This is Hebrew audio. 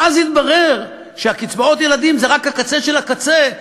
ואז יתברר שקצבאות הילדים זה רק הקצה של הקצה,